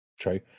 true